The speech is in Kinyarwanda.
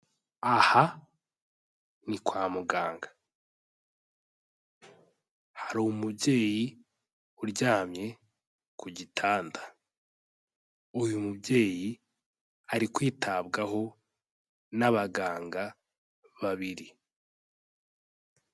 Aha ni kwa muganga, hari umubyeyi uryamye ku gitanda, uyu mubyeyi ari kwitabwaho n'abaganga babiri.